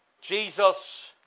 Jesus